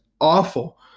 awful